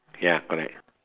ya correct